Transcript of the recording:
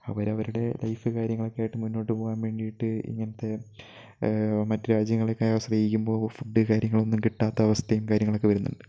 അവരവരുടെ ലൈഫ് കാര്യങ്ങളൊക്കെ ആയിട്ട് മുന്നോട്ട് പോകാൻ വേണ്ടിയിട്ട് ഇങ്ങനത്തെ മറ്റു രാജ്യങ്ങളെയൊക്കെ ആശ്രയിക്കുമ്പോൾ ഫുഡ് കാര്യങ്ങളൊന്നും കിട്ടാത്ത അവസ്ഥയും കാര്യങ്ങളൊക്കെ വരുന്നുണ്ട്